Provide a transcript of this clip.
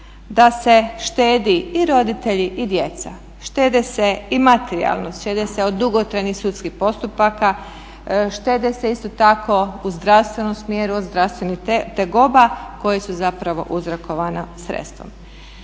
da se štedi i roditelji i djeca, štede se i materijalno, štede se od dugotrajnih sudskih postupaka, štede se isto tako u zdravstvenom smjeru od zdravstvenih tegoba koje su zapravo uzrokovana sredstvom.